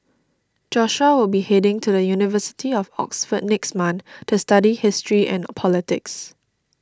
Joshua will be heading to the University of Oxford next month to study history and politics